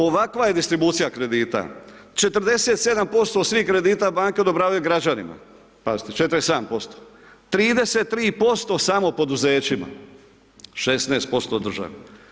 Ovakva je distribucija kredita 47% svih kredita banke odobravaju građanima, pazite 47%, 33% samo poduzećima, 16% državi.